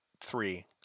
three